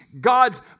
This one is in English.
God's